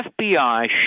FBI